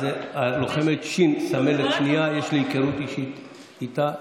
לוחמת ש', סמלת שנייה, יש לי היכרות אישית איתה.